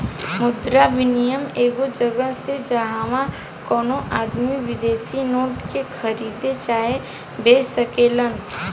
मुद्रा विनियम एगो जगह ह जाहवा कवनो आदमी विदेशी नोट के खरीद चाहे बेच सकेलेन